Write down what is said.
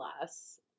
less